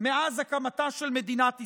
מאז הקמתה של מדינת ישראל.